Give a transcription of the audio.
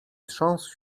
trząsł